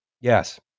Yes